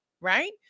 right